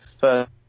first